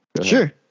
sure